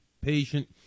patient